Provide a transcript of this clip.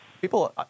people